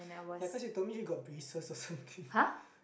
ya cause you told me you got braces or something